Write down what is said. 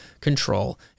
control